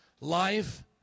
Life